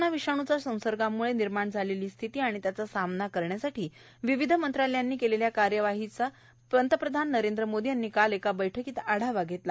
corona विषाणूचा संसर्गामुळे निर्माण झालेली स्थिती आणि त्याचा सामना करण्यासाठी विविध मंत्रालयानी केलेल्या कार्यवाहीचा प्रधानमंत्री नरेंद्र मोदी यांनी काल एका बैठकीत आढावा घेतला